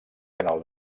canal